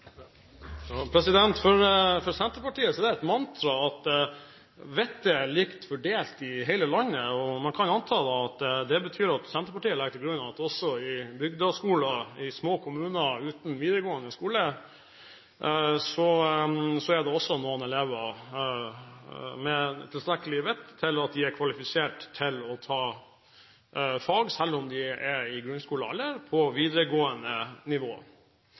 Så vil valgfagene også sjølsagt kreve ressurser, og det må jo være noe vi også må følge med på framover. For Senterpartiet er det et mantra at vettet er likt fordelt i hele landet, og man kan da anta at det betyr at Senterpartiet legger til grunn at også i bygdeskoler i små kommuner uten videregående skole er det elever med tilstrekkelig vett til at de er kvalifisert til å ta fag på videregående nivå selv om de er i